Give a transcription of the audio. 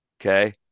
okay